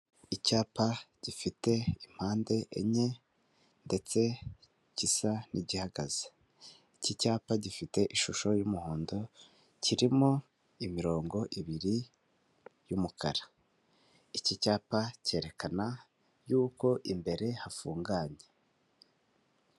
Icyapa gifite impande enye ndetse gisa n'igihagaze, iki cyapa gifite ishusho y'umuhondo kirimo imirongo ibiri y'umukara. Iki cyapa cyerekana y'uko imbere hafunganye.